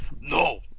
No